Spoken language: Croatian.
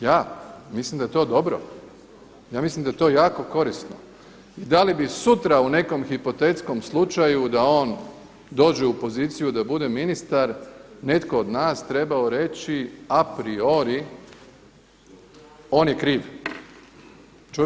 Ja, mislim da je to dobro, ja mislim da je to jako korisno i da li bi sutra u nekom hipotetskom slučaju da on dođe u poziciju da bude ministar netko od nas trebao reći, a priori on je kriv.